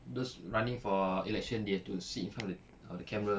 those running for election they have to sit in front of of the camera